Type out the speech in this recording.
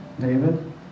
david